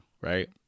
right